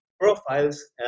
profiles